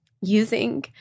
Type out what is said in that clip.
using